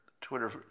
Twitter